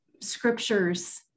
scriptures